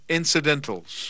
incidentals